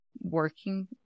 working